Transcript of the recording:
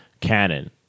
Canon